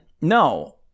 No